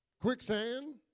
quicksand